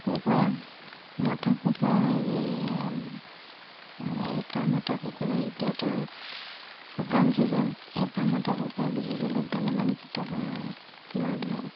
কুকুৰা মতা কুকুৰা হেৰি এটা মতা কুকুৰা এতিয়াতো শুকান চিজন এটা মতা কুকুৰা বিক্ৰী কৰিলে ভালেমান কেইটকা পোৱা যায়